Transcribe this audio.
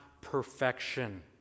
perfection